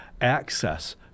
access